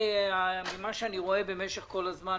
ממה שאני רואה במשך כל הזמן,